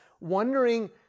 wondering